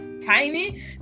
tiny